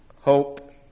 hope